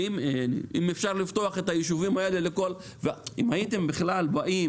ואם אפשר לפתוח את היישובים האלה לכול -- -ואם הייתם בכלל באים